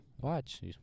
Watch